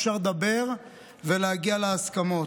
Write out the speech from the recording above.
אפשר לדבר ולהגיע להסכמות.